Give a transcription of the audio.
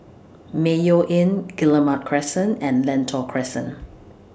Mayo Inn Guillemard Crescent and Lentor Crescent